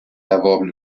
erworbene